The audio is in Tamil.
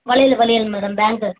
வளையல் வளையல் மேடம் ஃபேங்கல்ஸ்